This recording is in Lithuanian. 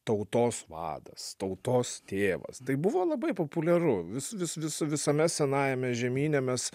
tautos vadas tautos tėvas tai buvo labai populiaru vis vis vis visame senajame žemyne mes